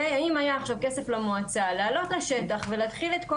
אם היה עכשיו כסף למועצה לעלות לשטח ולהתחיל את כל